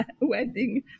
wedding